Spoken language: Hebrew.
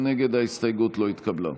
ההסתייגות לא התקבלה.